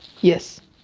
yes.